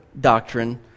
doctrine